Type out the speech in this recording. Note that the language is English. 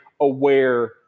aware